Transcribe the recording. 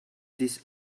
this